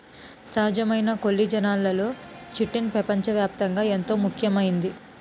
సహజమైన కొల్లిజన్లలో చిటిన్ పెపంచ వ్యాప్తంగా ఎంతో ముఖ్యమైంది